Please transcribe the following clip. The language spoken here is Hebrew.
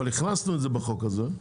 אבל הכנסנו את זה בחוק הזה.